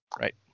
Right